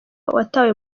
watawe